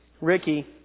Ricky